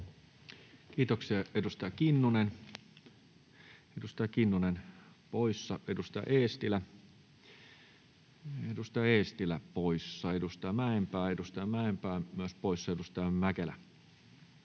poissa. Edustaja Eestilä, edustaja Eestilä poissa. Edustaja Mäenpää, edustaja Mäenpää myös poissa. — Edustaja Mäkelä.